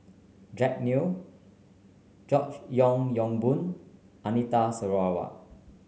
Jack Neo George Yeo Yong Boon Anita Sarawak